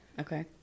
Okay